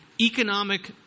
economic